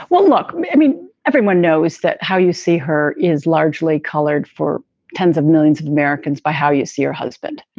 well, look, i mean, everyone knows that how you see her is largely colored for tens of millions of americans by how you see her husband.